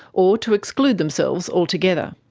or to exclude themselves altogether.